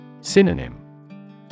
Synonym